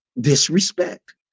disrespect